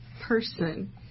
person